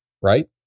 right